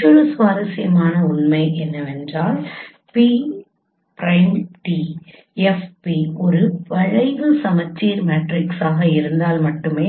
மற்றொரு சுவாரஸ்யமான உண்மை என்னவென்றால் P'TFP ஒரு வளைவு சமச்சீர் மேட்ரிக்ஸாக இருந்தால் மட்டுமே